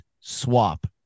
swap